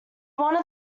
wanted